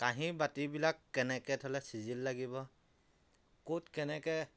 কাঁহী বাতিবিলাক কেনেকে থ'লে চিজিল লাগিব ক'ত কেনেকে